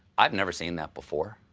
i've never seen that before.